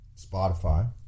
Spotify